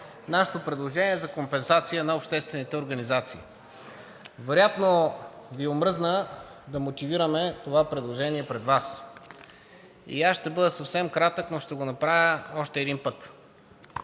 нашето предложение за компенсация на обществените организации. Вероятно Ви омръзна да мотивираме това предложение пред Вас и аз ще бъда съвсем кратък, но ще го направя още един път.